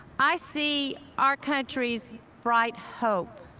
i see our country's bright hope.